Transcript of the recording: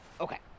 Okay